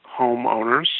homeowners